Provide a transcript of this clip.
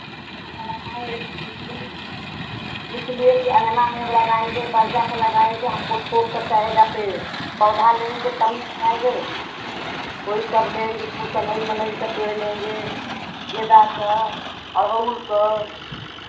इसलिए कि अँगना में हम लगाएँगे बरगद लगाएँगे हमको ठोक के चहेगा पेड़ पौधा लेंगे तब न लगाएँगे यही सब लेंगे कनेल वनेल का पेड़ लेंगे गेंदा का गुड़हल का